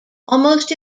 almost